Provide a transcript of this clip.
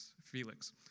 Felix